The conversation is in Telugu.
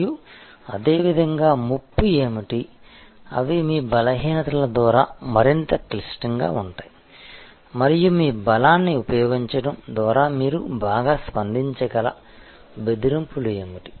మరియు అదేవిధంగా ముప్పు ఏమిటి అవి మీ బలహీనతల ద్వారా మరింత క్లిష్టంగా ఉంటాయి మరియు మీ బలాన్ని ఉపయోగించడం ద్వారా మీరు బాగా స్పందించగల బెదిరింపులు ఏమిటి